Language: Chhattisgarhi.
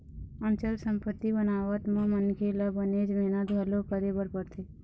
अचल संपत्ति बनावत म मनखे ल बनेच मेहनत घलोक करे बर परथे